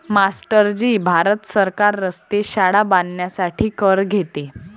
master ji Bharat सरकार रस्ते, शाळा बांधण्यासाठी कर घेते